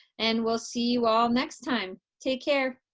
and we'll see you all next time! take care.